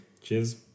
Cheers